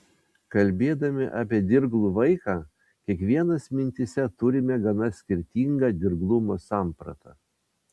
kalbėdami apie dirglų vaiką kiekvienas mintyse turime gana skirtingą dirglumo sampratą